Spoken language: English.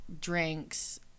drinks